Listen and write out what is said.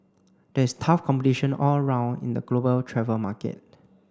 there is tough competition all round in the global travel market